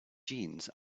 jeans